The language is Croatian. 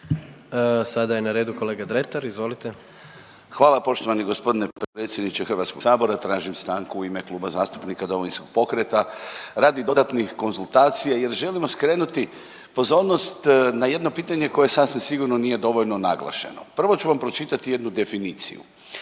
Sada je na redu kolega Dretar, izvolite. **Dretar, Davor (DP)** Hvala poštovani g. predsjedniče HS. Tražim stanku u ime Kluba zastupnika Domovinskog pokreta radi dodatnih konzultacija jer želimo skrenuti pozornost na jedno pitanje koje sasvim sigurno nije dovoljno naglašeno. Prvo ću vam pročitati jednu definiciju,